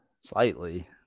Slightly